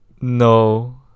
No